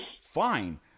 fine